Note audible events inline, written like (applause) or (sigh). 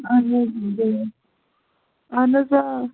اَہن حظ (unintelligible) اَہن حظ آ